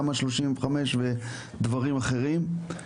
תמ"א 35 ודברים אחרים,